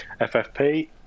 FFP